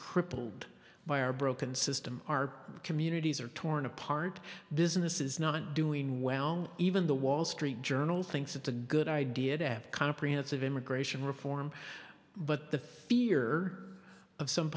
crippled by our broken system our communities are torn apart businesses not doing well even the wall street journal thinks it's a good idea to have comprehensive immigration reform but the fear of some